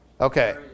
Okay